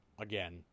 again